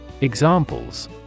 Examples